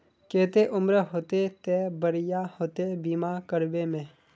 केते उम्र होते ते बढ़िया होते बीमा करबे में?